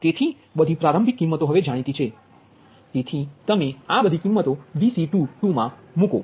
તેથી બધી પ્રારંભિક કિંમતો હવે જાણીતી છે તેથી તમે બધી કિંમતો Vc22 મૂકો